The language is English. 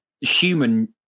human